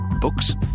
Books